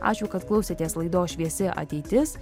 ačiū kad klausėtės laidos šviesi ateitis